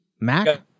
Mac